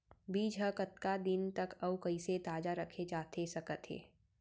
बीज ह कतका दिन तक अऊ कइसे ताजा रखे जाथे सकत हे?